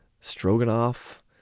stroganoff